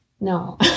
No